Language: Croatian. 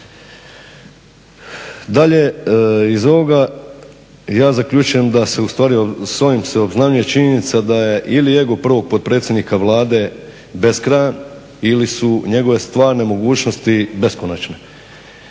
Dalje, iz ovoga ja zaključujem da se ustvari s ovim se obznanjuje činjenica da je ili ego prvog potpredsjednika Vlade beskrajan ili su njegove stvarne mogućnosti beskonačne.